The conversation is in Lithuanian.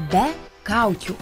be kaukių